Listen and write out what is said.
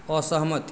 असहमति